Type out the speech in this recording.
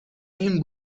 این